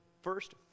first